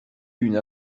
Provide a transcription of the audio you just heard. une